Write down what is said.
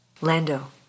Lando